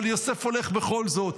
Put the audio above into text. אבל יוסף הולך בכל זאת,